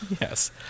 Yes